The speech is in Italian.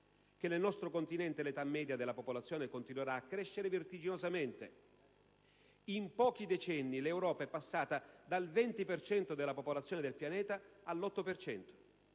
che nel nostro continente l'età media della popolazione continuerà a crescere vertiginosamente. In pochi decenni l'Europa è passata dal 20 per cento della popolazione del pianeta all'8